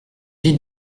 vit